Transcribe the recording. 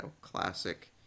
classic